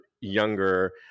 younger